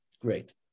Great